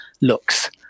looks